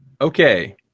Okay